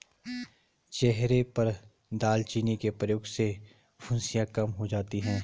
चेहरे पर दालचीनी के प्रयोग से फुंसियाँ कम हो जाती हैं